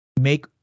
make